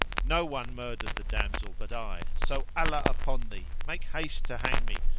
no one murdered the damsel but i, so allah upon thee, make haste to hang me,